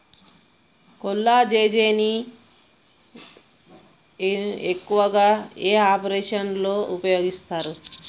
కొల్లాజెజేని ను ఎక్కువగా ఏ ఆపరేషన్లలో ఉపయోగిస్తారు?